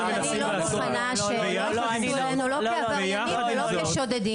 אני לא מוכנה שיתייחסו אלינו לא כעבריינים ולא כשודדים.